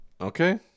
Okay